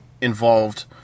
involved